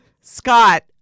Scott